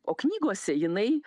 o knygose jinai